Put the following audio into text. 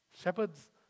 Shepherds